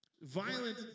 violent